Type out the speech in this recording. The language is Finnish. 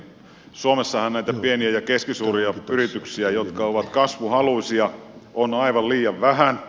suomessahan näitä pieniä ja keskisuuria yrityksiä jotka ovat kasvuhaluisia on aivan liian vähän